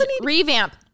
revamp